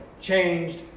changed